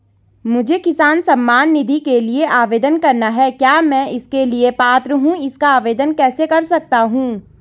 मुझे किसान सम्मान निधि के लिए आवेदन करना है क्या मैं इसके लिए पात्र हूँ इसका आवेदन कैसे कर सकता हूँ?